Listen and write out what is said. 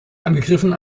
angegriffen